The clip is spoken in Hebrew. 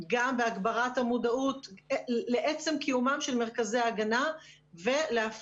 גם בהגברת המודעות לעצם קיומם של מרכזי ההגנה ולהפניית